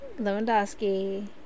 Lewandowski